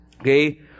okay